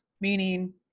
meaning